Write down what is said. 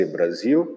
Brasil